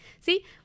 See